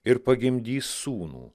ir pagimdys sūnų